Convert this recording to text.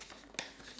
okay